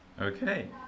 Okay